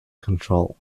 control